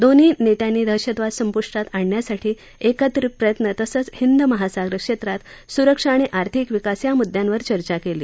दोन्ही नेत्यांनी दहशतवाद संपुष्टात आणण्यासाठी एकत्रित प्रयत्न तसंच हिद महासागर क्षेत्रात सुरक्षा आणि आर्थिक विकास या मुद्यांवर चर्चा केली